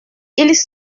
ils